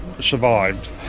survived